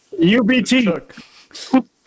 UBT